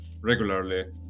regularly